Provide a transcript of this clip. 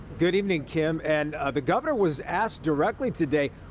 good evening, kim. and the governor was asked directly today,